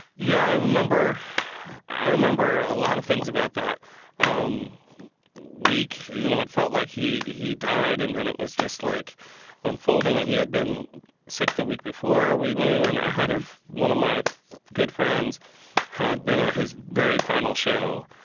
yeah. i remember i remember a lot of things about that um week. you know, it felt like he he died, and then it was just like unfolding that ah he had been sick the week before, we knew. and i had one of my good friends had been at his very final show